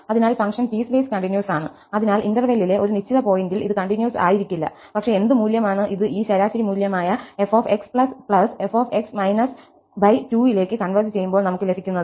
അതിനാൽ function piecewise continuous ആണ് അതിനാൽ ഇന്റെർവെല്ലിലെ ഒരു നിശ്ചിത പോയിന്റിൽ ഇത് കണ്ടിന്യൂസ് ആയിരിക്കില്ല പക്ഷേ എന്ത് മൂല്യമാണ് ഇത് ഈ ശരാശരി മൂല്യമായ fxf2 ലേക്ക് കൺവെർജ് ചെയ്യുമ്പോൾ നമുക് ലഭിക്കുന്നത്